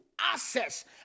access